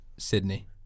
Sydney